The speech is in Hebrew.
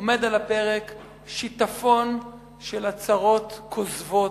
עומד על הפרק שיטפון של הצהרות כוזבות.